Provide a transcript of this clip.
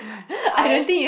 I